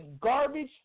garbage